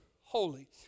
holy